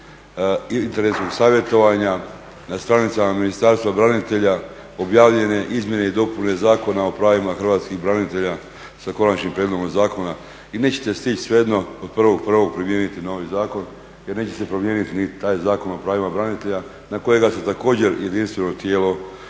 … i savjetovanja na stranicama Ministarstva branitelja objavljene izmjene i dopune Zakona o pravima hrvatskih branitelja sa konačnim prijedlogom zakona i nećete stići svejedno od 01.01. primijeniti novi zakon jer neće se promijeniti taj Zakon o pravima braniteljima na kojega se također jedinstveno tijelo